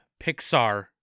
Pixar